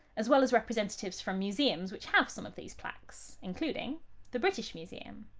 as well as representatives from museums which have some of these plaques, including the british museum.